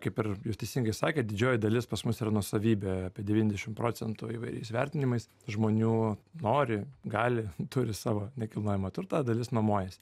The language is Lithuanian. kaip ir jūs teisingai sakėt didžioji dalis pas mus yra nuosavybė apie devyniasdešim procentų įvairiais vertinimais žmonių nori gali turi savo nekilnojamą turtą dalis nuomojasi